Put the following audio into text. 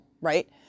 right